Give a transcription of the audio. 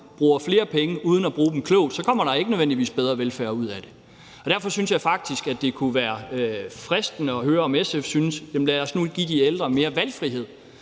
bruger flere penge uden at bruge dem klogt, kommer der ikke nødvendigvis bedre velfærd ud af det. Derfor synes jeg faktisk, at det kunne være fristende at høre, hvad SF synes om den her tanke: Jamen lad os nu give de ældre mere valgfrihed,